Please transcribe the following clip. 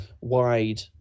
wide